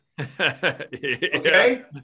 Okay